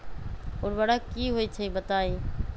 उर्वरक की होई छई बताई?